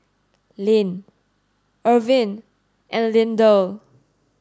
Ilene Irvin and Lindell